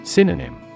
Synonym